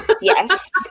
Yes